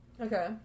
Okay